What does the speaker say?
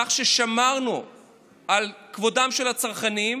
כך ששמרנו על כבודם של הצרכנים,